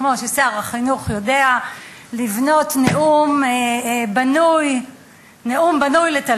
כמו ששר החינוך יודע לבנות נאום בנוי לתלפיות.